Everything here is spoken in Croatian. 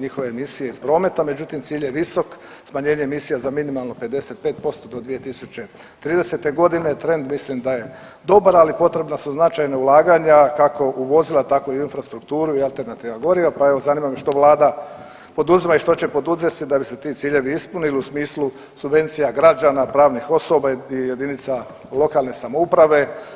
njihove emisije iz prometa, međutim cilj je visok, smanjenje emisija za minimalno 55% do 2030. g., trend mislim da je dobar, ali potrebna su značajna ulaganja, kako u vozila, tako i u infrastrukturu i alternativna goriva, pa evo, zanima me što Vlada poduzima i što će poduzeti da bi se ti ciljevi ispunili u smislu subvencija građana, pravnih osoba i jedinica lokalne samouprave.